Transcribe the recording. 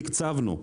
תקצבנו,